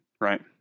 right